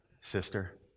sister